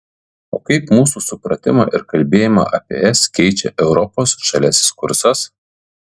o kaip mūsų supratimą ir kalbėjimą apie es keičia europos žaliasis kursas